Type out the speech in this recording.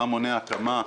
מה מונע הקמה,